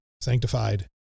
sanctified